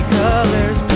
colors